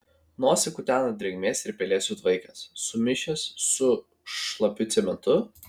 nosį kutena drėgmės ir pelėsių tvaikas sumišęs su šlapiu cementu